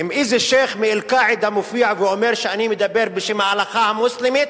אם איזה שיח' מ"אל-קאעידה" מופיע ואומר: אני מדבר בשם ההלכה המוסלמית,